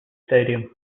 stadium